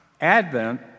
Advent